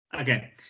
okay